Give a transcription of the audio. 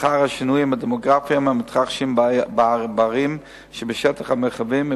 אחר השינויים הדמוגרפיים המתרחשים בערים שבשטח המרחבים,